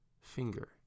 finger